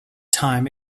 time